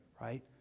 right